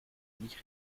nicht